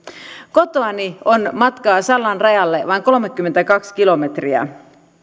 kotoani on matkaa sallan rajalle vain kolmekymmentäkaksi kilometriä